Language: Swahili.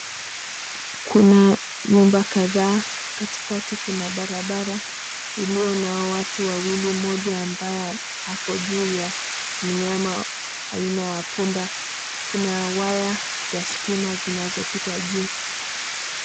Kuna nyumba kadhaa, katikati kuna barabara iliyo na watu wawili, mmoja ambaye ako juu ya mnyama aina ya punda. Kuna waya za stima zinazopita juu.